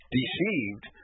deceived